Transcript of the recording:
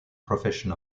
profession